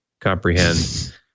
comprehend